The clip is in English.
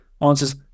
answers